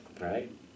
Right